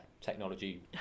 technology